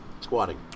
squatting